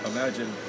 Imagine